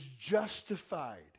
justified